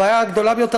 הבעיה הגדולה ביותר,